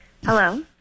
Hello